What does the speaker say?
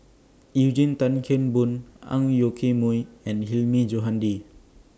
Eugene Tan Kheng Boon Ang Yoke Mooi and Hilmi Johandi